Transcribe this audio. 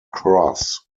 cross